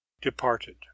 departed